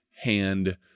hand